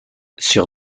sur